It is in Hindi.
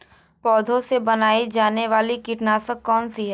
पौधों से बनाई जाने वाली कीटनाशक कौन सी है?